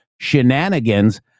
shenanigans